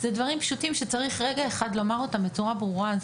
זה דברים פשוטים שצריך רגע אחד לומר אותם בצורה ברורה.